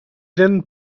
then